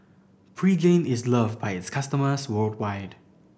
Pregain is loved by its customers worldwide